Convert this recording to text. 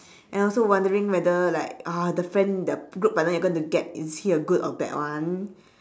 and also wondering whether like the friend that group partner that you're gonna get is he a good or bad one